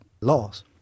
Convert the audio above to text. laws